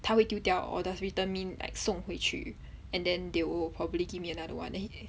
他会丢掉 or does return means like 送回去 and then they will probably give me another one again